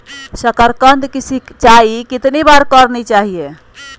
साकारकंद की सिंचाई कितनी बार करनी चाहिए?